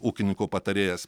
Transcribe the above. ūkininko patarėjas